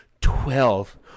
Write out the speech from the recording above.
Twelve